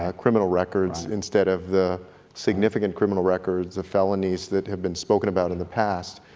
ah criminal records, instead of the significant criminal records, the felonies that have been spoken about in the past,